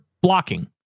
blocking